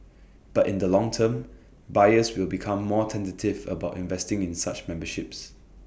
but in the longer term buyers will become more tentative about investing in such memberships